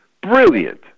Brilliant